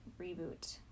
reboot